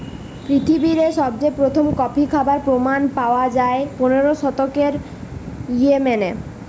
পৃথিবীরে সবচেয়ে প্রথম কফি খাবার প্রমাণ পায়া যায় পনেরোর শতকে ইয়েমেনে